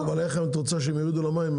אבל איך את רוצה שהם יורידו למים?